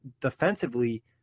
defensively